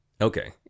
Okay